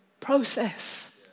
process